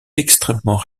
extrêmement